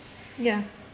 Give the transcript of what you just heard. ya